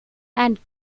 and